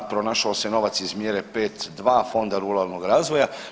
Pronašao se novac iz mjere 5.2 Fonda ruralnog razvoja.